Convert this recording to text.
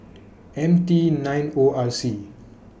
M T nine O R C